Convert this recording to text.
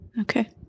Okay